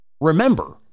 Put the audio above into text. Remember